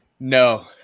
No